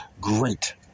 Great